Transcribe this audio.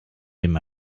dem